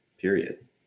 period